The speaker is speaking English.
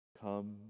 Come